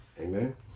amen